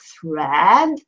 thread